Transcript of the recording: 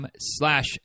slash